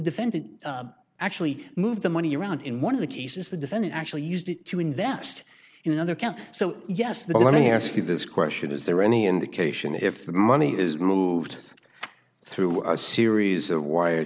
defendant actually moved the money around in one of the cases the defendant actually used it to invest in another count so yes the let me ask you this question is there any indication if the money is moved through a series